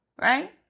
right